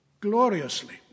gloriously